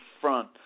front